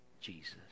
Jesus